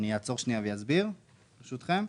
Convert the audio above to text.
אני אעצור ואסביר בקצרה.